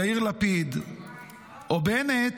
יאיר לפיד או בנט,